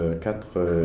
quatre